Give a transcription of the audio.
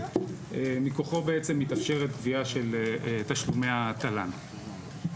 מכוחו בעצם מתאפשרת גבייה של תשלומי התל"ן.